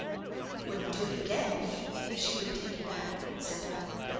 you wouldn't do it again would you if she were to take you back? said diamond.